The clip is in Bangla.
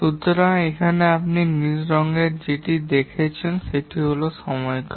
সুতরাং আপনি এখানে নীল রং এর মধ্যে যেটি দেখেন এটি সময়কাল